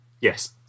Yes